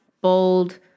bold